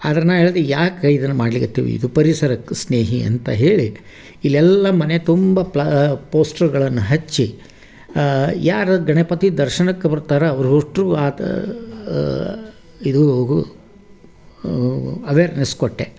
ಆದ್ರೆ ನಾ ಹೇಳಿದೆ ಯಾಕೆ ಇದನ್ನು ಮಾಡಲಿಕತ್ತಿವಿ ಇದು ಪರಿಸರಕ್ಕೆ ಸ್ನೇಹಿ ಅಂತ ಹೇಳಿ ಇಲ್ಲೆಲ್ಲ ಮನೆ ತುಂಬ ಪೋಷ್ಟ್ರ್ಗಳನ್ನು ಹಚ್ಚಿ ಯಾರು ಗಣಪತಿ ದರ್ಶನಕ್ಕೆ ಬರ್ತಾರೆ ಅವ್ರಷ್ಟ್ರು ಆತಾ ಇದು ಅವೆರ್ನೆಸ್ ಕೊಟ್ಟೆ